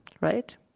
right